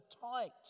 tight